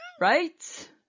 Right